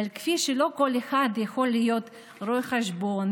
אבל כפי שלא כל אחד יכול להיות רואה חשבון,